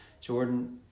Jordan